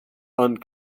ond